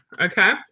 okay